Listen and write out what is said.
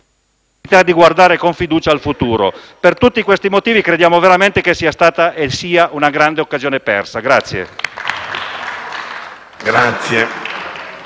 di guardare con fiducia al futuro. Per tutti questi motivi riteniamo che sia stata e sia una grande occasione persa.